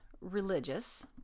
religious